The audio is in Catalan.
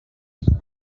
passar